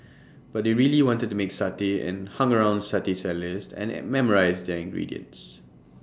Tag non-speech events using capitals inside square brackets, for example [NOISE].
[NOISE] but he really wanted to make satay and hung around satay sellers and an memorised their ingredients